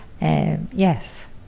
yes